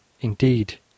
indeed